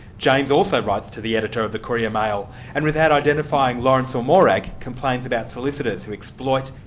james also writes to the editor of the courier mail and without identifying lawrence or morag, complains about solicitors who exploit,